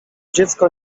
dziecko